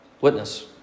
witness